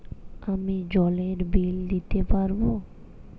আমি জলের বিল দিতে পারবো?